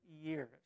years